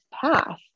path